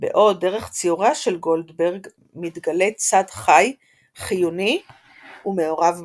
בעוד דרך ציוריה של גולדברג מתגלה צד חי חיוני ומעורב בחיים.